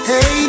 Hey